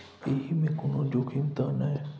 एहि मे कोनो जोखिम त नय?